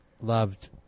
loved